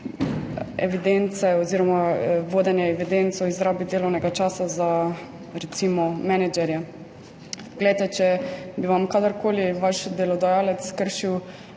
evidence oziroma vodenje evidenc o izrabi delovnega časa za recimo menedžerje. Glejte, če bi vam kadarkoli vaš delodajalec kršil